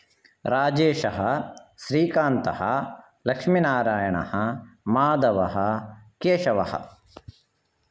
राजेशः श्रीकान्तः लक्ष्मीनारायणः माधवः केशवः